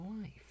life